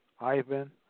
Ivan